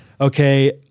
okay